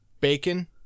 Bacon